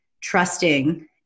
trusting